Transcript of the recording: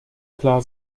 klar